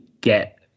get